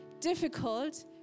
difficult